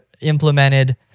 implemented